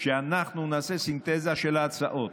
שאנחנו נעשה סינתזה של ההצעות.